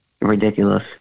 ridiculous